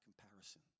comparison